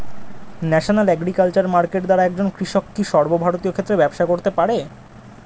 National agriculture market দ্বারা একজন কৃষক কি সর্বভারতীয় ক্ষেত্রে ব্যবসা করতে পারে?